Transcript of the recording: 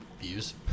views